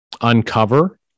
uncover